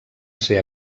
ser